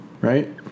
right